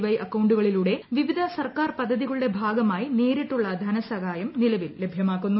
Y അക്കൌണ്ടുകളിലൂടെ വിവിധ സർക്കാർ പദ്ധതികളുടെ ഭാഗമായി നേരിട്ടുള്ള ധനസഹായം നിലവിൽ ലഭ്യമ്ടൂക്കുന്നു